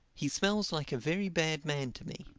he smells like a very bad man to me.